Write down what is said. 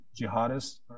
jihadists